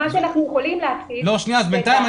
אני עשיתי את זה.